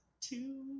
two